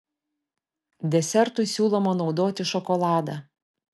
desertui siūloma naudoti šokoladą